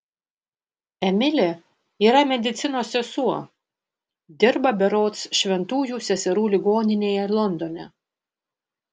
emilė yra medicinos sesuo dirba berods šventųjų seserų ligoninėje londone